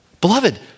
Beloved